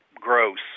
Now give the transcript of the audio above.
gross